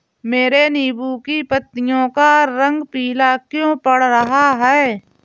मेरे नींबू की पत्तियों का रंग पीला क्यो पड़ रहा है?